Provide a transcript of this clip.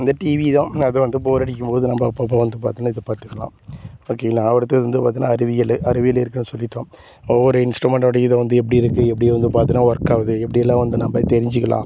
இந்த டிவி தான் அதுவும் வந்து போர் அடிக்கும் போது நம்ம அப்பப்போ வந்து பார்த்தினா இது பார்த்துக்கலாம் ஓகேங்களா அடுத்தது வந்து பார்த்தினா அறிவியல் அறிவியல் ஏற்கனவே சொல்லிவிட்டோம் ஒவ்வொரு இன்ஸ்ட்ருமெண்டோடய இதை வந்து எப்படி இருக்குது எப்படி வந்து பார்த்தினா ஒர்க் ஆகுது எப்படி எல்லாம் வந்து நம்ம தெரிஞ்சுக்கிலாம்